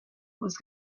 was